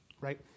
right